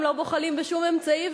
הם לא בוחלים בשום אמצעי,